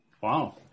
Wow